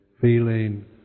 Feeling